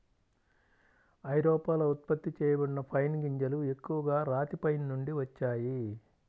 ఐరోపాలో ఉత్పత్తి చేయబడిన పైన్ గింజలు ఎక్కువగా రాతి పైన్ నుండి వచ్చాయి